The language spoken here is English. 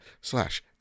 slash